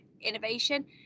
innovation